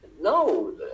No